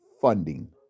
funding